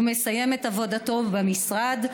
הוא מסיים את עבודתו במשרד,